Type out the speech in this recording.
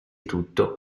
tutto